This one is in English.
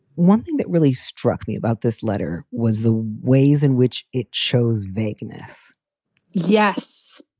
one thing that really struck me about this letter was the ways in which it chose vagueness yes.